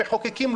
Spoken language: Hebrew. המחוקקים,